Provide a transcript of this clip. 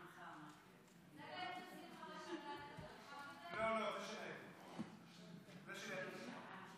אין ההסתייגות (22) של קבוצת סיעת יהדות